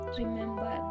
remember